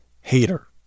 hater